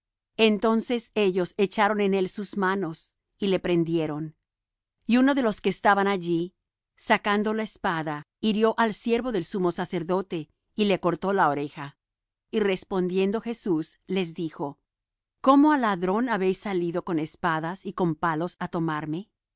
entonces ellos echaron en él sus manos y le prendieron y uno de los que estaban allí sacando la espada hirió al siervo del sumo sacerdote y le cortó la oreja y respondiendo jesús les dijo como á ladrón habéis salido con espadas y con palos á tomarme